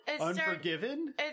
Unforgiven